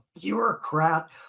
bureaucrat